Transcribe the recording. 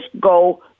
go